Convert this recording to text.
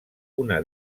una